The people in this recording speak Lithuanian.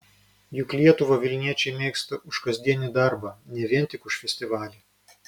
juk lietuvą vilniečiai mėgsta už kasdienį darbą ne vien tik už festivalį